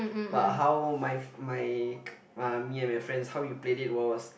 but how my my uh me and my friends how we played it was